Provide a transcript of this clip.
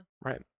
right